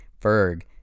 Ferg